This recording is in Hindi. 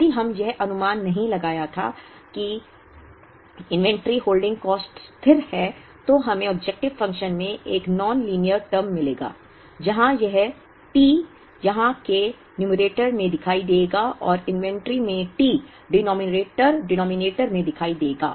यदि हमने यह अनुमान नहीं लगाया था कि इन्वेंट्री होल्डिंग कॉस्ट स्थिर है तो हमें ऑब्जेक्टिव फंक्शन में एक नॉन लीनियर टर्म मिलेगा जहाँ यह T यहाँ के न्यूमैरेटर में दिखाई देगा और इन्वेंटरी में T डिनॉमिनेटर में दिखाई देगा